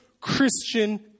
Christian